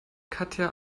katja